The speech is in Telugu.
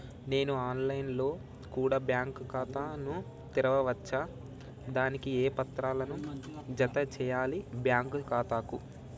నేను ఆన్ లైన్ లో కూడా బ్యాంకు ఖాతా ను తెరవ వచ్చా? దానికి ఏ పత్రాలను జత చేయాలి బ్యాంకు ఖాతాకు?